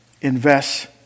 invest